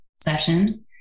session